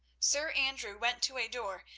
sir andrew went to a door,